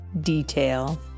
detail